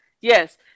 Yes